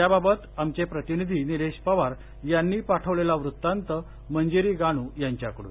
या बाबत आमचे प्रतिनिधी निलेश पवार यांनी पाठवलेला व्रतांत मंजिरी गानू यांच्याकडून